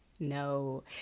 no